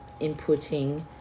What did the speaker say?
inputting